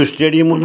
Stadium